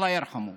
אללה ירחמו.